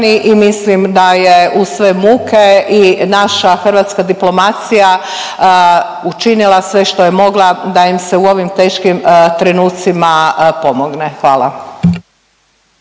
i mislim da je uz sve muke i naša hrvatska diplomacija učinila sve što je mogla da im se u ovim teškim trenucima pomogne, hvala.